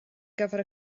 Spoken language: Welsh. gyfer